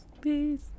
Peace